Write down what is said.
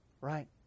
right